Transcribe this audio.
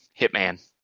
Hitman